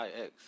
ix